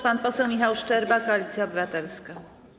Pan poseł Michał Szczerba, Koalicja Obywatelska.